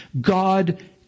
God